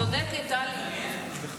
נכון, השר?